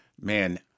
Man